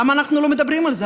למה אנחנו לא מדברים על זה?